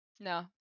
no